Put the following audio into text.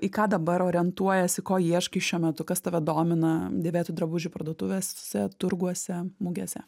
į ką dabar orientuojiesi ko ieškai šiuo metu kas tave domina dėvėtų drabužių parduotuvėse turguose mugėse